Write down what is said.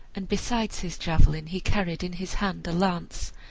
and besides his javelin he carried in his hand a lance,